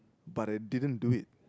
but I didn't do it